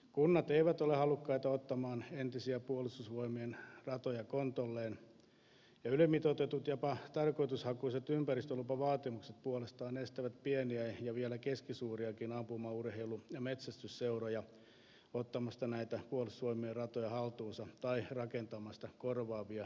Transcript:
kunnat eivät ole halukkaita ottamaan entisiä puolustusvoimien ratoja kontolleen ja ylimitoitetut jopa tarkoitushakuiset ympäristölupavaatimukset puolestaan estävät pieniä ja vielä keskisuuriakin ampumaurheilu ja metsästysseuroja ottamasta näitä puolustusvoimien ratoja haltuunsa tai rakentamasta korvaavia ratoja käyttöönsä